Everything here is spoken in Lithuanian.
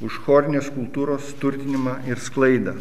už chorinės kultūros turtinimą ir sklaidą